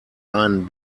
einen